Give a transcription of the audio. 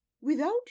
Without